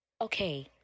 Okay